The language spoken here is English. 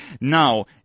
Now